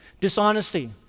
dishonesty